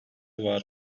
var